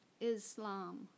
Islam